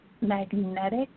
magnetic